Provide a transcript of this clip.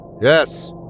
Yes